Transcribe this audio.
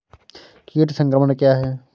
कीट संक्रमण क्या है?